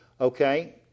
Okay